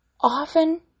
often